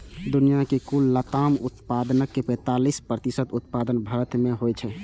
दुनियाक कुल लताम उत्पादनक पैंतालीस प्रतिशत उत्पादन भारत मे होइ छै